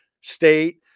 state